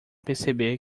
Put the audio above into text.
perceber